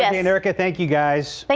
yeah to america. thank you guys, like